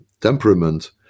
temperament